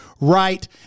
right